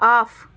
off